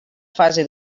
fase